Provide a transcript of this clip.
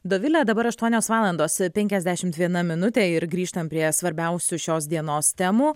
dovilę dabar aštuonios valandos penkiasdešimt viena minutė ir grįžtam prie svarbiausių šios dienos temų